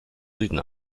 süden